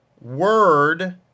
word